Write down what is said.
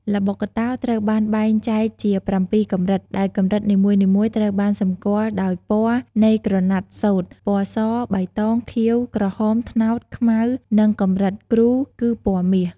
ល្បុក្កតោត្រូវបានបែងចែកជា ៧ កម្រិត ដែលកម្រិតនីមួយៗត្រូវបានសម្គាល់ដោយពណ៌នៃក្រណាត់សូត្រ ពណ៌ស បៃតង ខៀវ ក្រហម ត្នោត ខ្មៅ និងកម្រិតគ្រូ គឺពណ៌មាស។